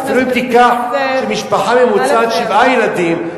אפילו אם תיקח משפחה ממוצעת עם שבעה ילדים,